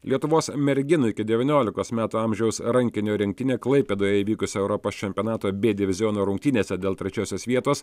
lietuvos merginų iki devyniolikos metų amžiaus rankinio rinktinė klaipėdoje vykusio europos čempionato b diviziono rungtynėse dėl trečiosios vietos